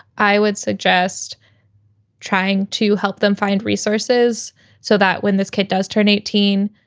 i would suggest trying to help them find resources so that when this kid does turn eighteen,